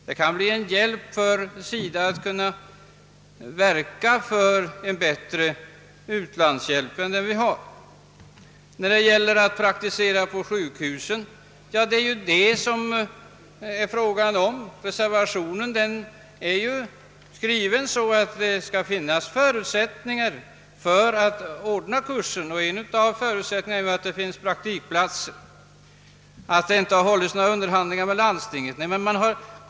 Det kan bli ett sätt för SIDA att kunna verka för en bättre u-landshjälp än den vi har för närvarande. Fröken Olsson talade om att det kunde bli svårt att få praktisera på sjukhu sen. Men i reservationen talas ju om att det skall finnas förutsättningar för att ordna kursen och en av förutsättningarna är uppenbarligen att det finns praktikplatser. Det har vidare invänts att det inte har förekommit några underhandlingar med landstinget.